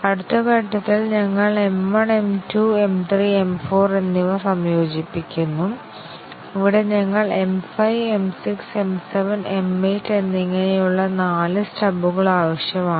അടുത്ത ഘട്ടത്തിൽ ഞങ്ങൾ M 1 M 2 M 3 M 4 എന്നിവ സംയോജിപ്പിക്കുന്നു ഇവിടെ ഞങ്ങൾ M 5 M 6 M 7 M 8 എന്നിങ്ങനെയുള്ള നാല് സ്റ്റബുകൾ ആവശ്യമാണ്